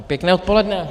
Pěkné odpoledne.